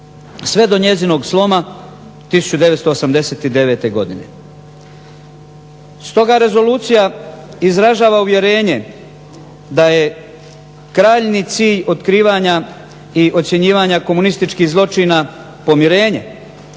sve do njezinog sloma 1989. godine. Stoga rezolucija izražava uvjerenje da je krajnji cilj otkrivanja i ocjenjivanja komunističkih zločina pomirenje,